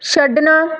ਛੱਡਣਾ